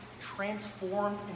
transformed